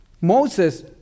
Moses